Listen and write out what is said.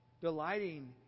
delighting